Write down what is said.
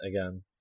again